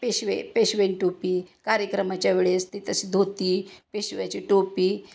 पेशवे पेशवेन टोपी कार्यक्रमाच्या वेळेस ती तशी धोती पेशव्याची टोपी